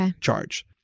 charge